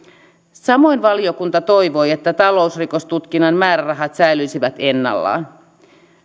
samoin valiokunta toivoi että talousrikostutkinnan määrärahat säilyisivät ennallaan